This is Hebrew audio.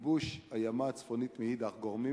גיסא וייבוש הימה הצפונית מאידך גיסא גורמים